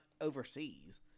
overseas